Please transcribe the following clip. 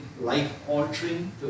life-altering